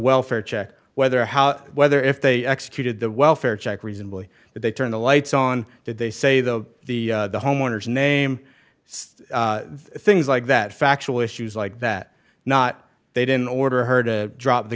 welfare check whether how whether if they executed the welfare check reasonably that they turn the lights on that they say though the home owner's name things like that factual issues like that not they didn't order her to drop the